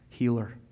healer